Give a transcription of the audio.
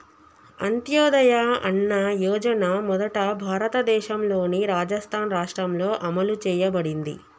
అంత్యోదయ అన్న యోజన మొదట భారతదేశంలోని రాజస్థాన్ రాష్ట్రంలో అమలు చేయబడింది